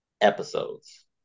episodes